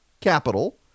capital